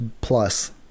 Plus